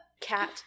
Cat